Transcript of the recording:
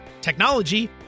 technology